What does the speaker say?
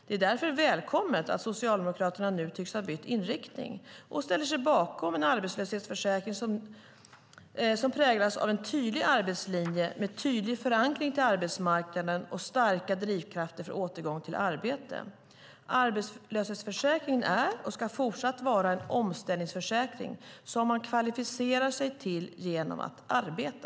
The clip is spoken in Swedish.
Det är därför välkommet att Socialdemokraterna nu tycks ha bytt inriktning och ställer sig bakom en arbetslöshetsförsäkring som präglas av en tydlig arbetslinje med tydlig förankring till arbetsmarknaden och starka drivkrafter för återgång till arbete. Arbetslöshetsförsäkringen är, och ska fortsatt vara, en omställningsförsäkring som man kvalificerar sig till genom att arbeta.